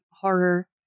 horror